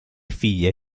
figlie